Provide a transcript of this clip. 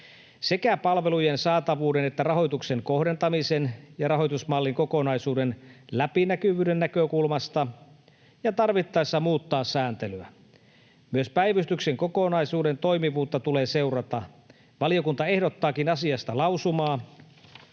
sekä palvelujen saatavuuden että rahoituksen kohdentamisen ja rahoitusmallin kokonaisuuden läpinäkyvyyden näkökulmasta, ja tarvittaessa tulee muuttaa sääntelyä. Myös päivystyksen kokonaisuuden toimivuutta tulee seurata. Valiokunta ehdottaakin asiasta lausumaa.